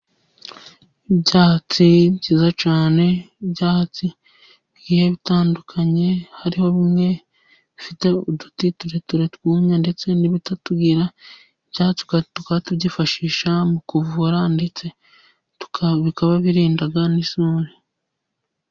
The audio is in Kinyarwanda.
Ibyatsi byiza cyane,i byatsi bigiye bitandukanye, hariho bimwe bifite uduti tureture twumye ndetse n'ibitatugira, ibyatsi tubyifashisha mu kuvura, ndetse bikaba birinda n'isuri.